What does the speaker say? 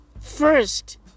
first